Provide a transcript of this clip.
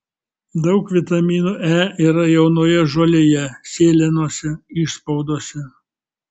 daug vitamino e yra jaunoje žolėje sėlenose išspaudose